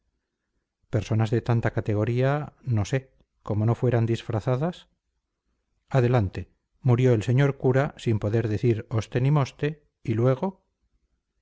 personas de tanta categoría no sé como no fueran disfrazadas adelante murió el señor cura sin poder decir oste ni moste y luego